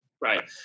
Right